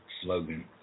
slogan